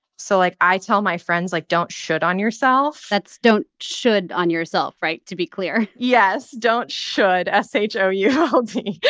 so, like, i tell my friends, like, don't should on yourself that's don't should on yourself right? to be clear yes, don't should s h o u l d.